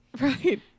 right